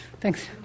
Thanks